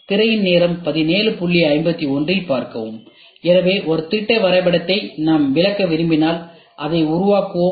திரையின் நேரம் 1751 இல் பார்க்கவும் எனவேநாம் ஒரு திட்ட வரைபடத்தில் விளக்க இதை உருவாக்குகிறோம்